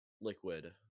Liquid